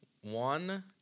one